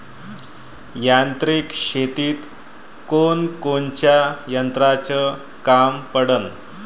यांत्रिक शेतीत कोनकोनच्या यंत्राचं काम पडन?